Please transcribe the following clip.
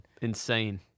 Insane